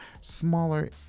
smaller